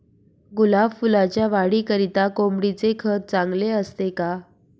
गुलाब फुलाच्या वाढीकरिता कोंबडीचे खत चांगले असते का?